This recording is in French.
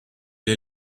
est